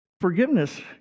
Forgiveness